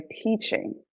teaching